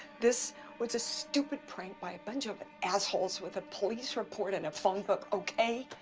this was a stupid prank by a bunch of assholes with a police report and a phone book, okay?